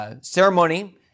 ceremony